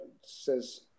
says